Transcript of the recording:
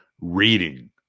reading